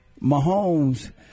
Mahomes